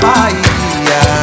Bahia